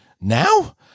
Now